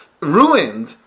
ruined